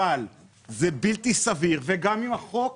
אבל זה בלתי סביר שהנאמן